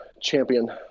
champion